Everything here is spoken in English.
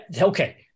Okay